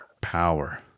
power